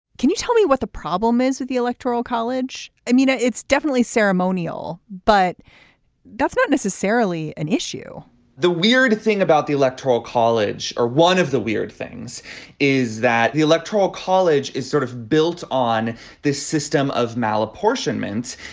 can you tell me what the problem is with the electoral college. i mean ah it's definitely ceremonial but that's not necessarily an issue the weird thing about the electoral college are one of the weird things is that the electoral college is sort of built on this system of mal apportionment.